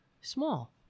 small